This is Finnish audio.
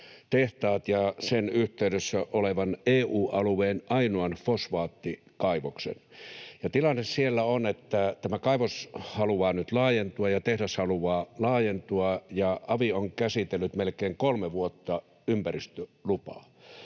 tehtaat ja sen yhteydessä olevan EU-alueen ainoan fosfaattikaivoksen, ja tilanne siellä on, että tämä kaivos haluaa nyt laajentua ja tehdas haluaa laajentua ja avi on käsitellyt melkein kolme vuotta ympäristölupaa.